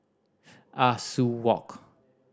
Ah Soo Walk